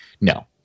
No